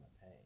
pay